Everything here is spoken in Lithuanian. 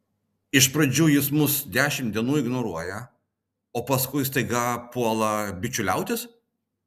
iš pradžių jis mus dešimt dienų ignoruoja o paskui staiga puola bičiuliautis